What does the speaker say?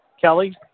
Kelly